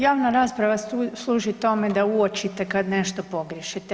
Javna rasprava služi tome da uočite kad nešto pogriješite.